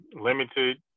Limited